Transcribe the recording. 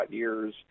years